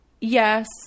yes